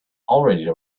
already